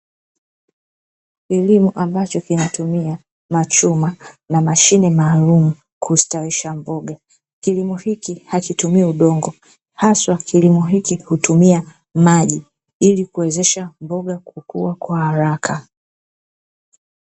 Kilimo ambacho linatumia machuma, na mashine maalumu kustawisha mboga, kilimo hiki hakitumii udongo, haswa kilimo hiki hutumia maji, ili kuwezesha mboga kukua kwa haraka.